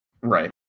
Right